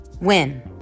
win